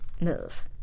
move